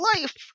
life